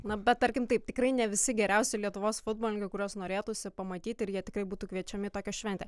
na bet tarkim taip tikrai ne visi geriausi lietuvos futbolininkai kuriuos norėtųsi pamatyti ir jie tikrai būtų kviečiami į tokią šventę